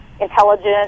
intelligent